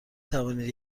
توانید